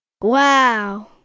Wow